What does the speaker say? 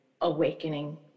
awakening